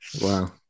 Wow